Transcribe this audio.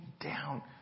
down